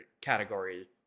category